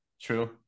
true